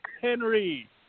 Henry